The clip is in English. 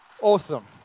Awesome